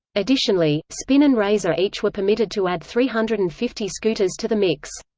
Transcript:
additionally, spin and razor each were permitted to add three hundred and fifty scooters to the mix.